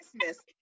Christmas